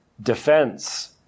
defense